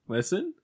Listen